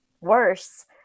worse